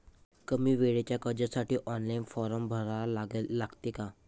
कमी वेळेच्या कर्जासाठी ऑनलाईन फारम भरा लागते का?